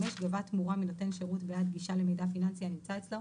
גבה תמורה מנותן שירות בעד מתן גישה למידע פיננסי הנמצא אצלו